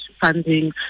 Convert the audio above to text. funding